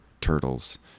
turtles